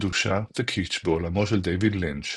קדושה וקיטש בעולמו של דייוויד לינץ',